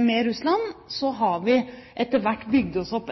med Russland, vil vi etter hvert bygge opp